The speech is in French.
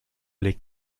les